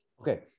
Okay